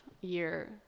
year